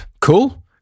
Cool